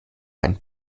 ein